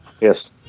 Yes